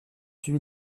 suivi